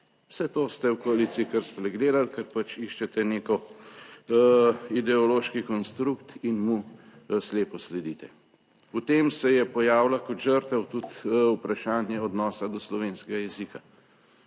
Vse to ste v koaliciji kar spregledali, ker iščete nek ideološki konstrukt in mu slepo sledite. V tem se je pojavilo kot žrtev tudi vprašanje odnosa do slovenskega jezika.